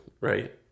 right